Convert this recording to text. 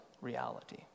reality